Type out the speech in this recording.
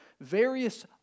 various